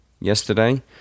yesterday